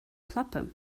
klappe